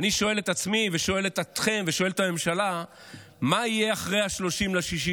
ואני שואל את עצמי ושואל אתכם ושואל את הממשלה מה יהיה אחרי 30 ביוני,